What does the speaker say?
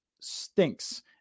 stinks